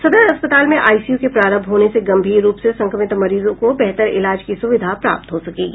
सदर अस्पताल में आईसीयू के प्रारंभ होने से गंभीर रूप से संक्रमित मरीजों को बेहतर इलाज की सुविधा प्राप्त हो सकेगी